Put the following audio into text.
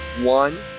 one